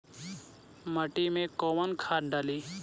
माटी में कोउन खाद डाली?